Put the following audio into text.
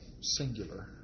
singular